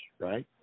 right